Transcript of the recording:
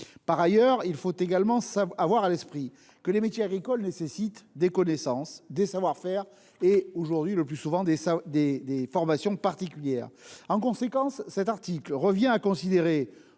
Par ailleurs, il faut également avoir à l'esprit que les métiers agricoles nécessitent des connaissances, des compétences et, aujourd'hui, le plus souvent, des formations particulières. En conséquence, cet article revient à considérer